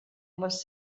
les